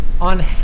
on